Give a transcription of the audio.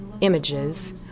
images